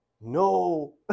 No